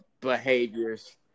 behaviors